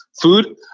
food